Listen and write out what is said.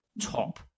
top